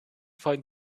find